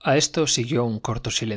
a esto siguió un corto silencio